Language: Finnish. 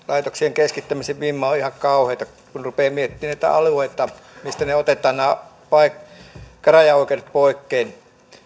keskittämisen vimma on ihan kauheata kun rupeaa miettimään niitä alueita mistä otetaan ne käräjäoikeudet poikkeen